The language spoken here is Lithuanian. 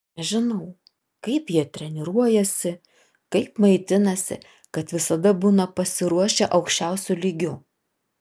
nežinau kaip jie treniruojasi kaip maitinasi kad visada būna pasiruošę aukščiausiu lygiu